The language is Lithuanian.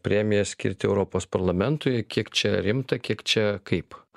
premiją skirti europos parlamentui kiek čia rimta kiek čia kaip